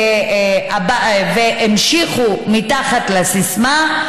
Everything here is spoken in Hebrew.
המשיכו מתחת לסיסמה: